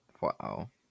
Wow